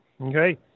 Okay